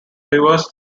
diverse